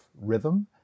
rhythm